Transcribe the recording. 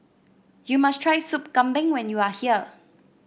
you must try Soup Kambing when you are here